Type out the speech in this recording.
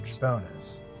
bonus